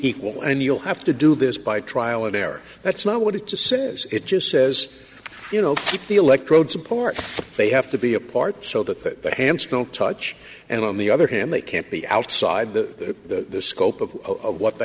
equal and you'll have to do this by trial and error that's not what it just says it just says you know the electrode support they have to be apart so that i am still touch and on the other hand that can't be outside the scope of what the